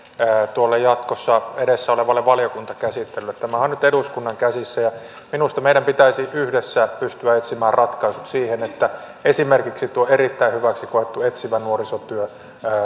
tuolle jatkossa edessä olevalle valiokuntakäsittelylle tämä on nyt eduskunnan käsissä ja minusta meidän pitäisi yhdessä pystyä etsimään ratkaisut siihen että esimerkiksi tuo erittäin hyväksi koettu etsivän nuorisotyön